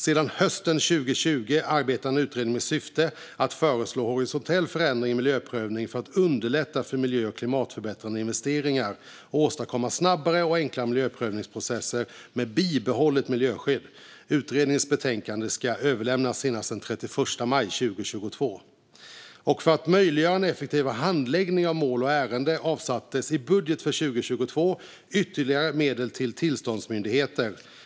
Sedan hösten 2020 arbetar en utredning med syfte att föreslå horisontella förändringar i miljöprövningen för att underlätta för miljö och klimatförbättrande investeringar och åstadkomma snabbare och enklare miljöprövningsprocesser med bibehållet miljöskydd. Utredningens betänkande ska överlämnas senast den 31 maj 2022. För att möjliggöra en effektivare handläggning av mål och ärenden avsattes i budget för 2022 ytterligare medel till tillståndsmyndigheter.